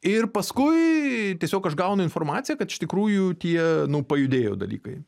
ir paskui tiesiog aš gaunu informaciją kad iš tikrųjų tie nu pajudėjo dalykai